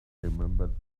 remembered